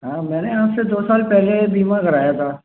हाँ मैंने आप से दो साल पहले ये बीमा कराया था